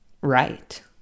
Right